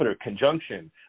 conjunction